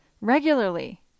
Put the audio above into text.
regularly